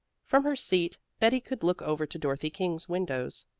from her seat betty could look over to dorothy king's windows.